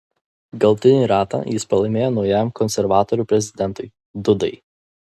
galutinį ratą jis pralaimėjo naujajam konservatorių prezidentui dudai